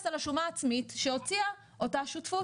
על שומה עצמית שהוציאה אותה שותפות,